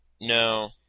No